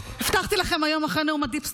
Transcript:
הבטחתי לכם היום אחרי נאום דיפ סטייט.